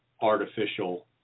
artificial